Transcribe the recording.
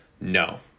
no